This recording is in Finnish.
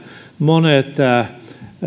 monet